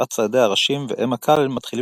שבעת ציידי הראשים ואמה קאלן מתחילים